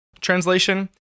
translation